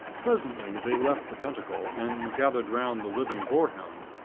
presently, they left the pentacle, and gathered round the living boarhound,